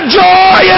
joy